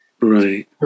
Right